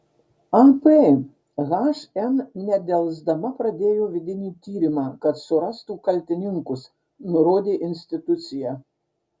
ap hm nedelsdama pradėjo vidinį tyrimą kad surastų kaltininkus nurodė institucija